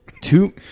Two